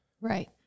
Right